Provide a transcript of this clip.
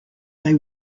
they